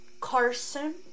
Carson